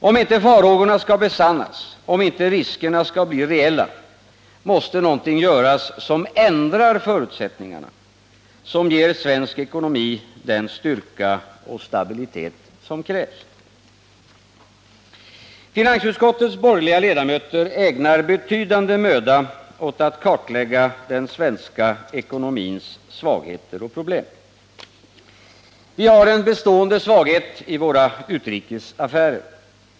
Om inte farhågorna skall besannas, om inte riskerna skall bli reella, måste ju något göras som ändrar förutsättningarna, som ger svensk ekonomi den styrka och stabilitet som krävs. Finansutskottets borgerliga ledamöter ägnar betydande möda åt att kartlägga den svenska ekonomins svagheter och problem. Vi har en bestående svaghet i våra utrikes affärer.